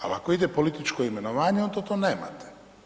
Ali ako ide političko imenovanje onda to nemate.